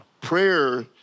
Prayer